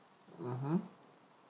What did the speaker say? mmhmm